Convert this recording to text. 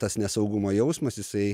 tas nesaugumo jausmas jisai